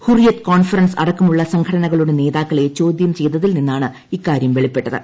Hurriyat conference അടക്കമുള്ള സംഘടനകളുടെ നേതാക്കളെ ചോദ്യം ചെയ്തതിൽ നിന്നാണ് ഇക്കാര്യം വെളിപ്പെട്ടത്